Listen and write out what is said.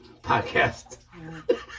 podcast